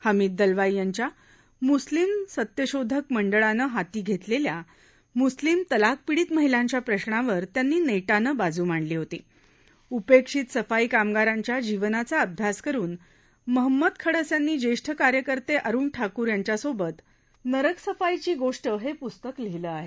हमवि दलवाई यांच्या मुस्लिम सत्यशोधक मंडळाने हाती घेतलेल्या मुस्लिम तलाकपिडत्ति महिलांच्या प्रश्नावर त्यांना जैटाने बाजू मांडला होता उपेक्षित सफाई कामगारांच्या जक्रिाचा अभ्यास करुन महंमद खडस यांन उच्चेष्ठ कार्यकर्ते अरुण ठाकूर यांच्यासोबत नरकसफाईच ग्रीष्ट हे पुस्तक लिहिलं आहे